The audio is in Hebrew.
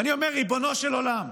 ואני אומר, ריבונו של עולם,